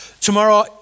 Tomorrow